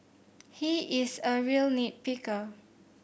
he is a real nit picker